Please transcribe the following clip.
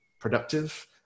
productive